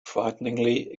frighteningly